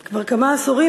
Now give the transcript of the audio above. כבר כמה עשורים,